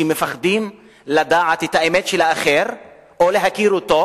שמפחדים לדעת את האמת של האחר או להכיר אותו,